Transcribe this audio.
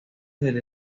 del